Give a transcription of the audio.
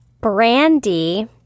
Brandy